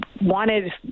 wanted